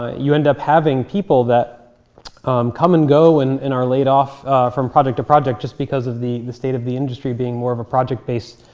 ah you end up having people that come and go and and are laid off from project to project just because of the the state of the industry being more of a project-based